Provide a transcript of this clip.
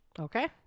Okay